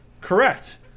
Correct